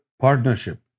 partnership